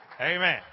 Amen